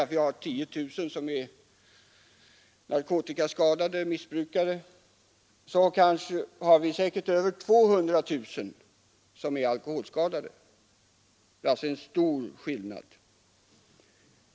Om vi har 10 000 som är narkotikaskadade, har vi säkert över 200 000 som är alkoholskadade. Det är alltså en stor skillnad.